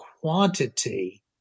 quantity